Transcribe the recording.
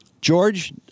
George